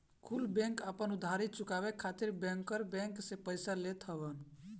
कुल बैंक आपन उधारी चुकाए खातिर बैंकर बैंक से पइसा लेत हवन